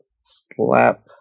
slap